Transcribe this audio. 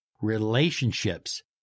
relationships